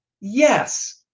yes